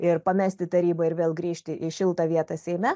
ir pamesti tarybą ir vėl grįžti į šiltą vietą seime